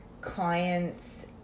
clients